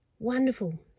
Wonderful